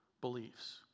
beliefs